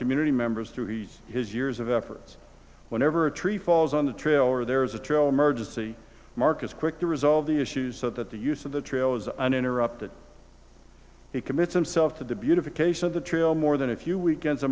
community members through these his years of efforts whenever a tree falls on the trail or there is a trail emergency marcus quick to resolve the issues so that the use of the trail is uninterrupted he commits himself to the beautification of the trail more than a few weekends a